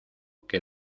que